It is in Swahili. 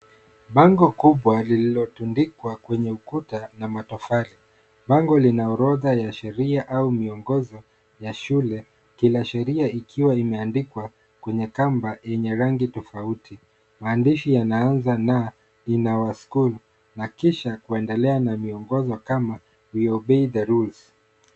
Bango kubwa lililotundikwa kwenye ukuta na matofali. Bango lina orodha ya sheria au miongozo ya shule, kila sheria ikiwa imeandikwa kwenye kamba yenye rangi tofauti. Maandishi yanaanza na in our school na kisha kuendelea miongozo na kama we obey the rules .